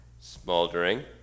smoldering